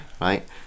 right